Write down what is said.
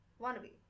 Wannabe